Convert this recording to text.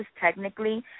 technically